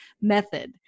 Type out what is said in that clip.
method